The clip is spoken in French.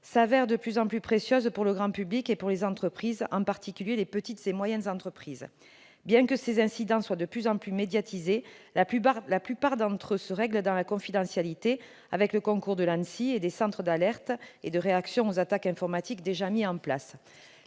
s'avèrent de plus en plus précieuses pour le grand public et pour les entreprises, en particulier les petites et moyennes entreprises. Bien que ces incidents soient de plus en plus médiatisés, la plupart d'entre eux se règlent dans la confidentialité, avec le concours de l'ANSSI et des centres d'alerte et de réaction aux attaques informatiques déjà mis en place.